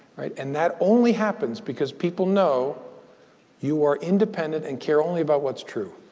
right? and that only happens because people know you are independent and care only about what's true,